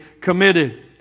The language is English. committed